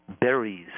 berries